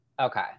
okay